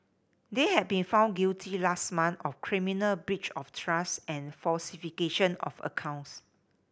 they had been found guilty last month of criminal breach of trust and falsification of accounts